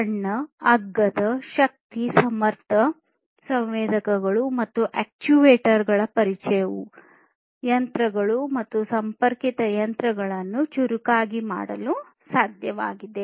ಸಣ್ಣ ಅಗ್ಗದ ಶಕ್ತಿ ಸಮರ್ಥ ಸಂವೇದಕಗಳು ಮತ್ತು ಅಕ್ಚುಯೇಟರ್ ಗಳ ಪರಿಚಯವು ಯಂತ್ರಗಳು ಮತ್ತು ಸಂಪರ್ಕಿತ ಯಂತ್ರಗಳನ್ನು ಚುರುಕಾಗಿ ಮಾಡಲು ಸಾಧ್ಯವಾಗಿದೆ